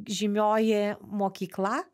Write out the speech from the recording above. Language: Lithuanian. žymioji mokykla